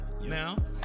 now